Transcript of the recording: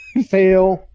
fail.